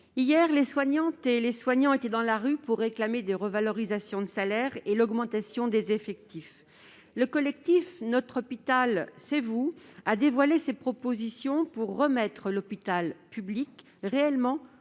les soignantes et les soignants étaient hier dans la rue pour réclamer des revalorisations salariales et l'augmentation de leurs effectifs. Le collectif « Notre hôpital, c'est vous » a dévoilé ses propositions pour remettre l'hôpital public réellement au service